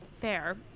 fair